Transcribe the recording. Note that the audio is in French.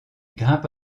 grimpe